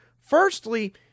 Firstly